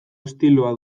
estiloa